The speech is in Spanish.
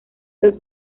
los